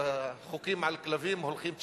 חוקים על כלבים הולכים צ'יק-צ'ק,